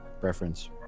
preference